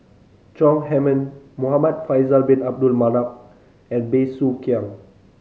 Chong Heman Muhamad Faisal Bin Abdul Manap and Bey Soo Khiang